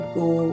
go